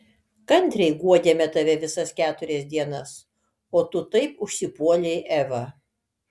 kantriai guodėme tave visas keturias dienas o tu taip užsipuolei evą